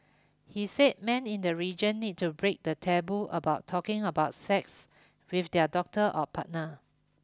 he said men in the region need to break the taboo about talking about sex with their doctor or partner